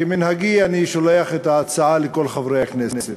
כמנהגי, אני שולח את ההצעה לכל חברי הכנסת.